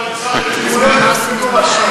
אז מה עושים עם המשיב?